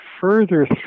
further